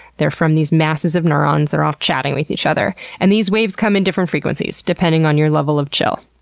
they're from these masses of neurons that are off chatting with each other. and these waves come in different frequencies, depending on your level of chill.